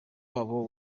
wabo